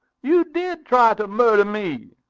you did try to murder me!